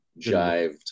jived